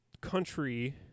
country